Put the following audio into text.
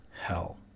hell